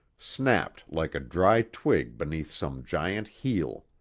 snapped like a dry twig beneath some giant heel.